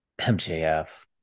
MJF